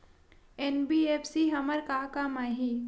NBFC हमर का काम आही?